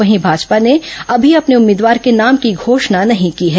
वहीं भाजपा ने अभी अपने उम्मीदवार के नाम की घोषणा नहीं की है